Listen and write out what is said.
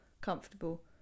comfortable